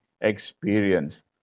experience